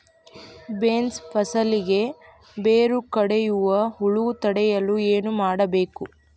Beans ಫಸಲಿಗೆ ಬೇರು ಕಡಿಯುವ ಹುಳು ತಡೆಯಲು ಏನು ಮಾಡಬೇಕು?